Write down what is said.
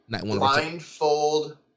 Blindfold